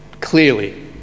Clearly